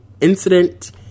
incident